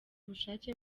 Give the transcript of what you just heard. ubushake